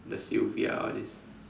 the Sylvia all these